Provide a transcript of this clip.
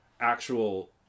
actual